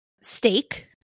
Steak